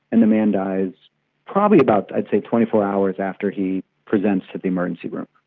and the man died probably about i'd say twenty four hours after he presented to the emergency room.